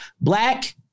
Black